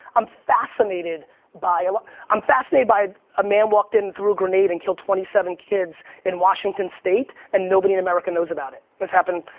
i'm fascinated by ah ah um fascinated by a man walked in threw a grenade and killed twenty seven kids in washington state and nobody in america knows about it. this happened,